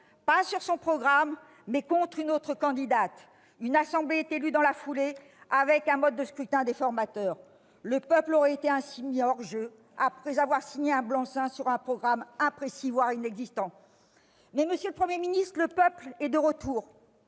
pas sur son programme, mais contre une autre candidate. Une assemblée est élue dans la foulée, selon un mode de scrutin déformateur. Le peuple aura ainsi été mis hors jeu, après avoir signé un blanc-seing pour un programme imprécis, voire inexistant. Mais, monsieur le Premier ministre, le peuple est de retour,